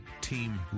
team